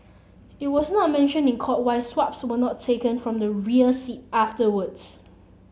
it was not mentioned in court why swabs were not taken from the rear seat afterwards